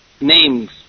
names